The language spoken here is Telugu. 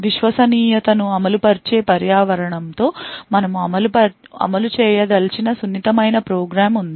విశ్వసనీయతను అమలు పరిచే పర్యావరణం తో మనము అమలు చేయదలిచిన సున్నితమైన ప్రోగ్రామ్ ఉంది